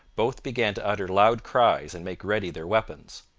both began to utter loud cries and make ready their weapons.